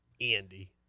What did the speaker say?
Andy